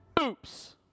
oops